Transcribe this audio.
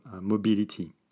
mobility